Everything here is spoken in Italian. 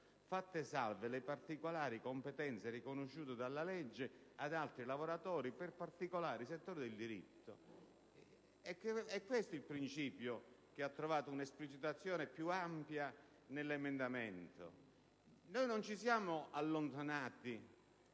fatte salve le particolari competenze riconosciute dalla legge ad altri lavoratori per particolari settori del diritto». Questo è il principio che ha trovato un'esplicitazione più ampia nell'emendamento in esame; noi non ci siamo allontanati